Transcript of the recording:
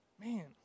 Man